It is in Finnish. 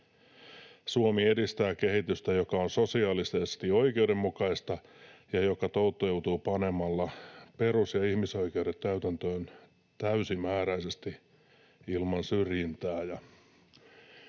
”Suomi edistää kehitystä, joka on sosiaalisesti oikeudenmukaista ja joka toteutuu panemalla perus- ja ihmisoikeudet täytäntöön täysimääräisesti ilman syrjintää.”